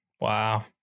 Wow